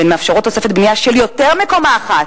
והן מאפשרות תוספת בנייה של יותר מקומה אחת,